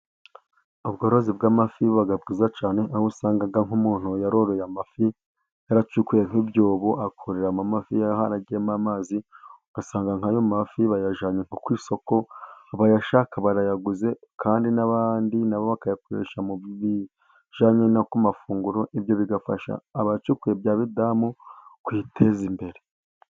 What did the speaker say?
Ubworozi bw'amafi buba bwiza cyane, aho usanga nk'umuntu yaroroye amafi yaracukuye nk'ibyobo akoreramo amafi, haba haragiyemo amazi ugasanga nk'ayo mafi bayajyanye ku isoko abayashaka barayaguze, kandi n'abandi nabo bakayakoresha mu bijyanye no ku mafunguro, ibyo bigafasha abacukuye bya bidamu kuyiteza imbere.